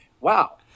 wow